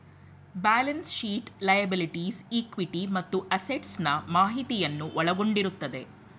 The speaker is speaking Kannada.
ಬ್ಯಾಲೆನ್ಸ್ ಶೀಟ್ ಲಯಬಲಿಟೀಸ್, ಇಕ್ವಿಟಿ ಮತ್ತು ಅಸೆಟ್ಸ್ ನಾ ಮಾಹಿತಿಯನ್ನು ಒಳಗೊಂಡಿರುತ್ತದೆ